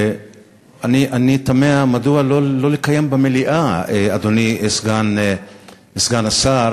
ואני תמה מדוע לא לקיים במליאה, אדוני סגן השר: